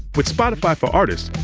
with spotify for artists,